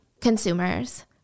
consumers